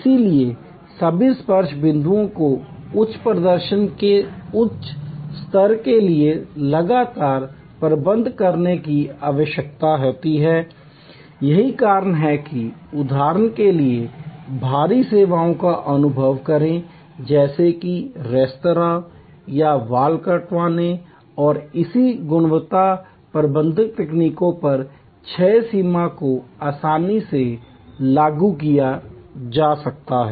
इसलिए सभी स्पर्श बिंदुओं को उच्च प्रदर्शन के उस स्तर के लिए लगातार प्रबंधित करने की आवश्यकता होती है यही कारण है कि उदाहरण के लिए भारी सेवाओं का अनुभव करें जैसे कि रेस्तरां या बाल कटाने और इसलिए गुणवत्ता प्रबंधन तकनीकों पर छह सिग्मा को आसानी से लागू किया जा सकता है